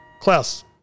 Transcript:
Klaus